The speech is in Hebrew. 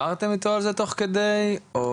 דיברתם איתו על זה תוך כדי, או